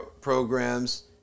Programs